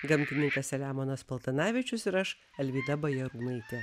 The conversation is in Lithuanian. gamtininkas selemonas paltanavičius ir aš alvyda bajarūnaitė